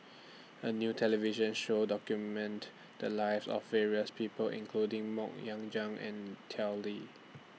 A New television Show documented The Lives of various People including Mok Ying Jang and Tao Li